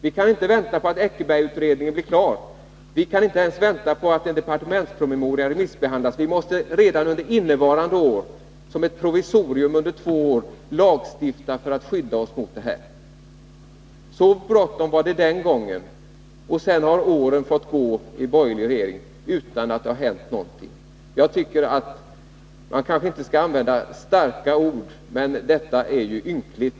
Vi kan inte vänta på att Eckerbergsutredningen blir klar. Vi kan inte ens vänta på att en departementspromemoria remissbehandlas. Vi måste redan under innevarande år som ett provisorium för två år lagstifta för att skydda oss mot detta. Så bråttom var det den gången. Sedan har åren fått gå medan vi har haft borgerliga regeringar, utan att det hänt någonting. Man skall inte använda starka ord i onödan, men detta är ynkligt.